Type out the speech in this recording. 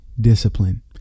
discipline